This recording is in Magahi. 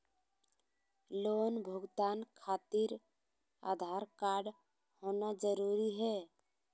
लोन भुगतान खातिर आधार कार्ड होना जरूरी है?